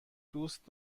دوست